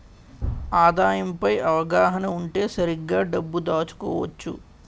ఆదాయం పై అవగాహన ఉంటే సరిగ్గా డబ్బు దాచుకోవచ్చు